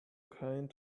kind